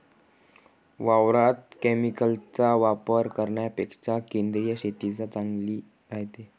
वावरात केमिकलचा वापर करन्यापेक्षा सेंद्रिय शेतीच चांगली रायते